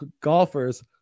golfers